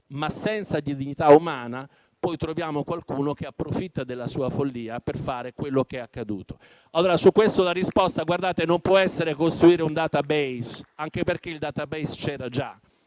senza dignità umana, poi troviamo qualcuno che approfitta della sua follia per fare quello che è accaduto. Su questo la risposta non può essere costruire un *database*, anche perché il *database* c'era già.